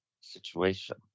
situation